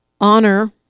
honor